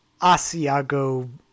Asiago